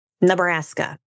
Nebraska